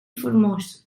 formós